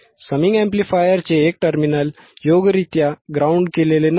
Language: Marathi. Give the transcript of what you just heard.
समिंग अॅम्प्लिफायरचे एक टर्मिनल योग्यरित्या ग्राउंड केलेले नव्हते